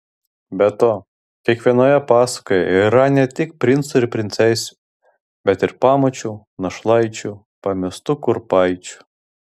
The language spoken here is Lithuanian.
be to kiekvienoje pasakoje yra ne tik princų ir princesių bet ir pamočių našlaičių pamestų kurpaičių